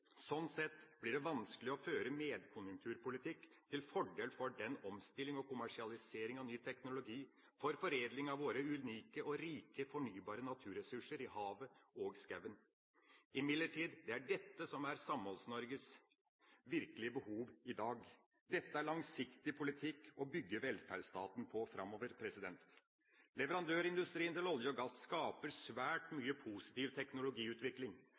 Sånn sett blir det vanskelig å føre medkonjunkturpolitikk til fordel for omstilling og kommersialisering av ny teknologi og for foredling av våre unike og rike fornybare naturressurser i havet og skauen. Det er imidlertid dette som er Samholds-Norges virkelige behov i dag. Dette er langsiktig politikk å bygge velferdsstaten på framover. Leverandørindustrien til olje og gass skaper svært mye positiv teknologiutvikling.